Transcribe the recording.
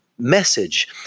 message